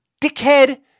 dickhead